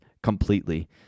Completely